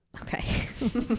Okay